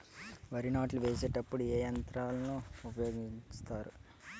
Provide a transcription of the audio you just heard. వరి నాట్లు వేసేటప్పుడు ఏ యంత్రాలను ఉపయోగిస్తారు?